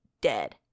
dead